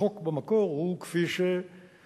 החוק במקור הוא כפי שנחקק